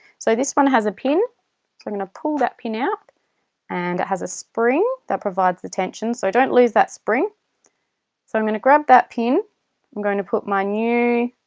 so this one has a pin we're going to pull that pin out and it has a spring that provides the tension so don't lose that spring so i'm going to grab that pin i'm going to put my new